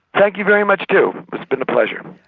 thank you very much too. it's been a pleasure.